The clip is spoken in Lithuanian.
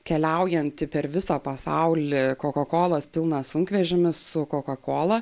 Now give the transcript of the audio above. keliaujantį per visą pasaulį koka kolos pilną sunkvežimį su koka kola